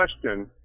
question